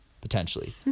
potentially